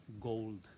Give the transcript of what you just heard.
gold